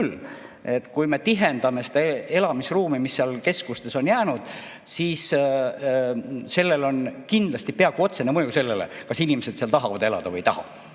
Kui me tihendame seda elamisruumi, mis seal keskustes on jäänud, siis sellel on kindlasti peaaegu otsene mõju sellele, kas inimesed seal tahavad elada või ei taha.